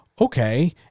Okay